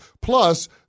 Plus